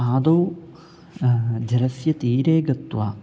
आदौ जलस्य तीरे गत्वा